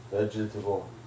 Vegetable